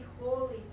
holy